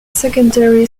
secondary